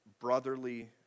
brotherly